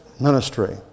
ministry